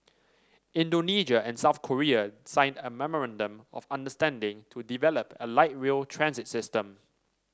Indonesia and South Korea signed a memorandum of understanding to develop a light rail transit system